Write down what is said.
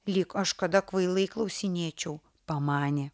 lyg aš kada kvailai klausinėčiau pamanė